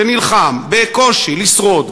שנלחם בקושי לשרוד,